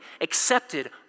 accepted